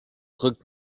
drückt